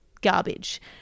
garbage